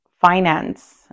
Finance